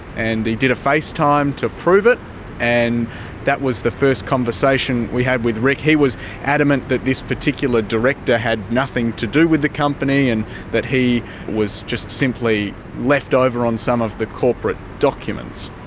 and did a facetime to prove it and that was the first conversation we had with rick. he was adamant that this particular director had nothing to do with the company, and that he was just simply left over on some of the corporate documents.